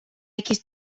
якийсь